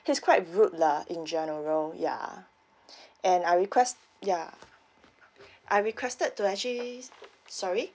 he's quite rude lah in general ya and I request ya I requested to actually sorry